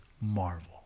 marvel